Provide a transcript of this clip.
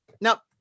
Now